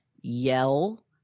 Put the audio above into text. yell